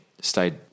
Stayed